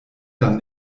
dann